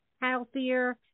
healthier